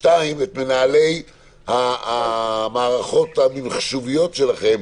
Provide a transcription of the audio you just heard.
דבר שני, את מנהלי המערכות המחשוביות שלכם,